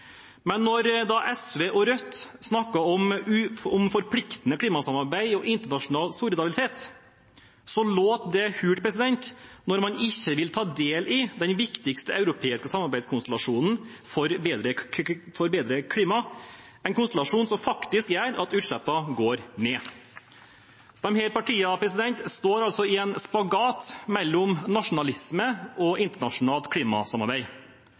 Men når SV og Rødt snakker om forpliktende klimasamarbeid og internasjonal solidaritet, låter det hult når man ikke vil ta del i den viktigste europeiske samarbeidskonstellasjonen for bedre klima – en konstellasjon som faktisk gjør at utslippene går ned. Disse partiene står i en spagat mellom nasjonalisme og internasjonalt klimasamarbeid.